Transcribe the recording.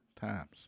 times